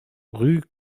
rue